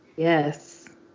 Yes